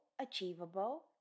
Achievable